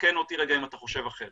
תקן אותי רגע אם אתה חושב אחרת